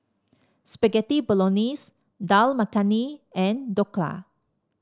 Spaghetti Bolognese Dal Makhani and Dhokla